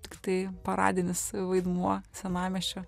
tiktai paradinis vaidmuo senamiesčio